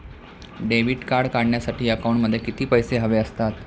Debit card काढण्यासाठी अकाउंटमध्ये किती पैसे हवे असतात?